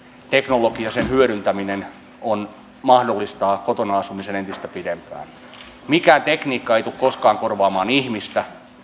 erilaisen teknologian hyödyntäminen mahdollistaa kotona asumisen entistä pidempään mikään tekniikka ei tule koskaan korvaamaan ihmistä